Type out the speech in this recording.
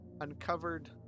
uncovered